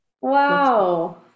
wow